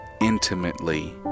intimately